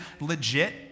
legit